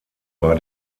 war